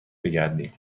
بگردیم